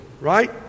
right